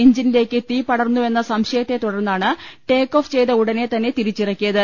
എഞ്ചിനിലേക്ക് തീ പടർന്നുവെന്ന സംശയത്തെ തുടർന്നാണ് ടേക്ക് ഓഫ് ചെയ്ത ഉടനെ തന്നെ തിരിച്ചിറ ക്കിയത്